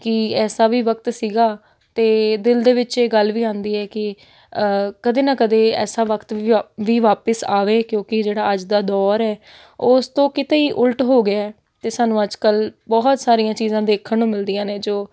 ਕਿ ਐਸਾ ਵੀ ਵਕਤ ਸੀਗਾ ਅਤੇ ਦਿਲ ਦੇ ਵਿੱਚ ਇਹ ਗੱਲ ਵੀ ਆਉਂਦੀ ਹੈ ਕਿ ਕਦੇ ਨਾ ਕਦੇ ਐਸਾ ਵਕਤ ਵੀ ਅ ਵੀ ਵਾਪਸ ਆਵੇ ਕਿਉਂਕਿ ਜਿਹੜਾ ਅੱਜ ਦਾ ਦੌਰ ਹੈ ਉਸ ਤੋਂ ਕਿਤੇ ਹੀ ਉਲਟ ਹੋ ਗਿਆ ਅਤੇ ਸਾਨੂੰ ਅੱਜ ਕੱਲ੍ਹ ਬਹੁਤ ਸਾਰੀਆਂ ਚੀਜ਼ਾਂ ਦੇਖਣ ਨੂੰ ਮਿਲਦੀਆਂ ਨੇ ਜੋ